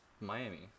Miami